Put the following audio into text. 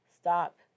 stop